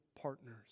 partners